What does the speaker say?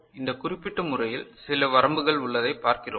இப்போது இந்த குறிப்பிட்ட முறையில் சில வரம்புகள் உள்ளதை பார்க்கிறோம்